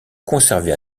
conserver